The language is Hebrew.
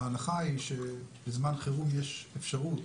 ההנחה היא שבזמן חירום יש אפשרות